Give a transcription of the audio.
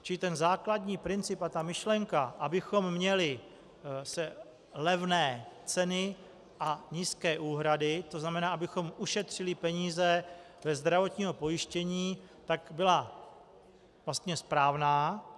Čili ten základní princip a ta myšlenka, abychom měli levné ceny a nízké úhrady, tzn. abychom ušetřili peníze ze zdravotního pojištění, tak byla vlastně správná.